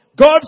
God